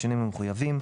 בשינויים המחויבים.